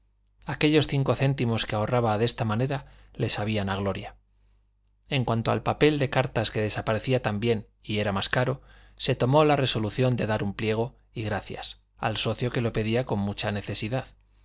aquellos cinco céntimos que ahorraba de esta manera le sabían a gloria en cuanto al papel de cartas que desaparecía también y era más caro se tomó la resolución de dar un pliego y gracias al socio que lo pedía con mucha necesidad